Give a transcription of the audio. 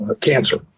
Cancer